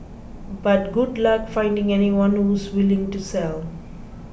but good luck finding anyone who's willing to sell